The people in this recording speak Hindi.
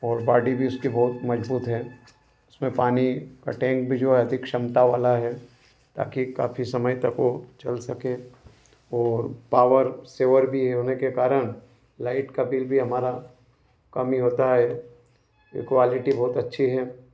और बाडी भी उसकी बहुत मजबूत है उसमें पानी का टैंक भी अधिक क्षमता वाला है ताकि काफ़ी समय तक वो चल सके और पावर सेवर भी होने के कारण लाइट का बिल भी हमारा कम ही होता है क्वालिटी बहुत अच्छी है